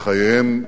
וחייהם,